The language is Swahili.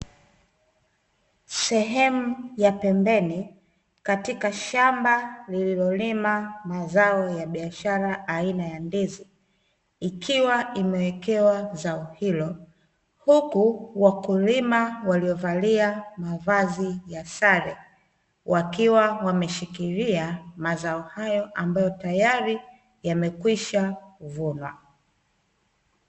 Sehemu ya pembeni katika shamba lililolima mazao ya biashara aina ya ndizi ikiwa imewekewa zao hilo huku wakulima waliovalia mavazi ya sare wakiwa wameshikilia mazao hayo ambayo tayari yamekwisha kuvunwa.